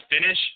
finish